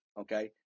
okay